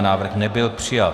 Návrh nebyl přijat.